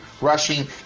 rushing